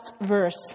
verse